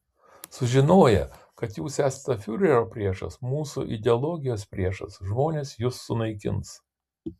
sužinoję kad jūs esate fiurerio priešas mūsų ideologijos priešas žmonės jus sunaikins